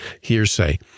hearsay